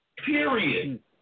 Period